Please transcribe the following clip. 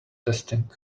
testing